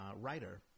writer